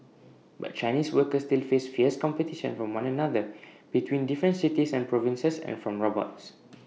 but Chinese workers still face fierce competition from one another between different cities and provinces and from robots